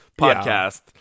podcast